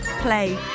play